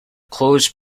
close